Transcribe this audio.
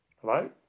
Hello